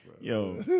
Yo